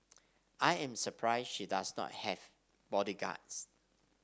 I am surprised she does not have bodyguards